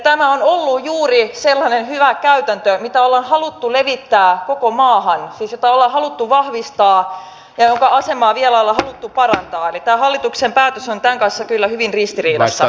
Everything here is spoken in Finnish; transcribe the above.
tämä on ollut juuri sellainen hyvä käytäntö jota ollaan haluttu levittää koko maahan siis jota ollaan haluttu vahvistaa ja jonka asemaa vielä ollaan haluttu parantaa eli tämä hallituksen päätös on tämän kanssa kyllä hyvin ristiriidassa